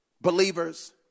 believers